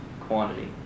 quantity